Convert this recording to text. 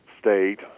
state